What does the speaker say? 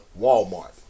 Walmart